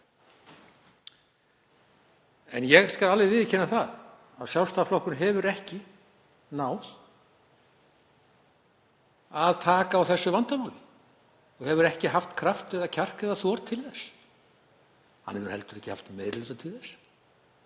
En ég skal alveg viðurkenna það að Sjálfstæðisflokkurinn hefur ekki náð að taka á þessu vandamáli og hefur ekki haft kraft eða kjark eða þor til þess. Hann hefur heldur ekki haft meiri hluta til þess,